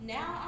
Now